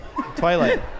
twilight